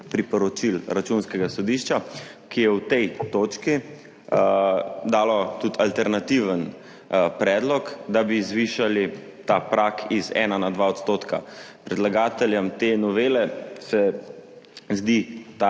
priporočil Računskega sodišča, ki je v tej točki dalo tudi alternativen predlog, da bi zvišali ta prag iz 1 na 2 %. Predlagateljem te novele se zdi ta